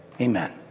Amen